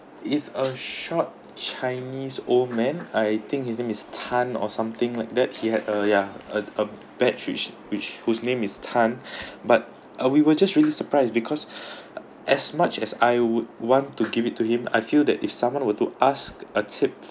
it's a short chinese old man I think he's name is tan or something like that he had a yeah a a batch which which whose name is tan but uh we were just really surprised because as much as I would want to give it to him I feel that if someone were to ask a tip